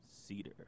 cedar